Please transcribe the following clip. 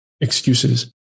excuses